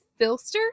Filster